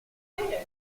potatoes